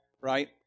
Right